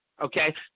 okay